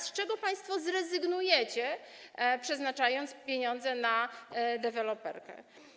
Z czego państwo zrezygnujecie, przeznaczając pieniądze na deweloperkę?